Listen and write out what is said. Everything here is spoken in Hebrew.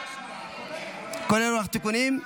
כולל לוח התיקונים.